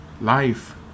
life